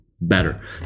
better